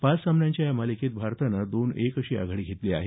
पाच सामन्यांच्या या मालिकेत भारतानं दोन एक अशी आघाडी घेतली आहे